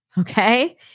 okay